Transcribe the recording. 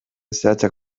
zehatzak